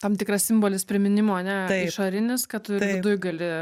tam tikras simbolis priminimo ane išorinis kad tu ir viduj gali